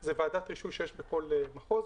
זה ועדת רישוי שיש בכל מחוז.